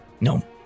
No